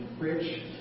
rich